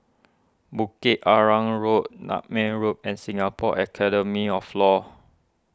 Bukit Arang Road Nutmeg Road and Singapore Academy of Law